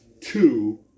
two